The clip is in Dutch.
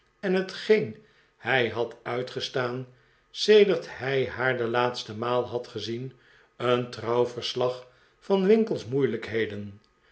en hetgeen hij had uitgestaan sedert hij haar de laatste maal had gezien een trouw verslag van winkle's moeilijkheden